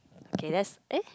okay that's eh